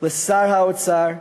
לשר האוצר,